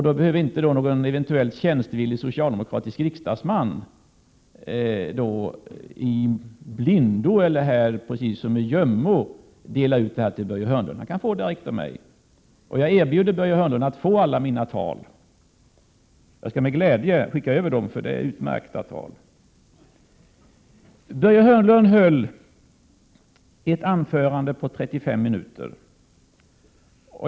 Då behöver inte någon eventuellt tjänstvillig socialdemokratisk riksdagsman i blindo eller i hemlighet dela ut det till Börje Hörnlund. Han kan få det direkt av mig. Jag erbjuder Börje Hörnlund att få alla mina tal. Jag skall med glädje skicka över dem, för det är utmärkta tal. Börje Hörnlund höll ett anförande på 35 minuter.